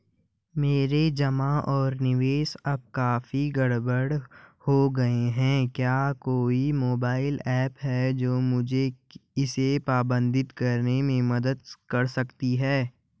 मेरे जमा और निवेश अब काफी गड़बड़ हो गए हैं क्या कोई मोबाइल ऐप है जो मुझे इसे प्रबंधित करने में मदद कर सकती है?